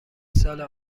سال